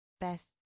best